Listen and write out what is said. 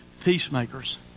peacemakers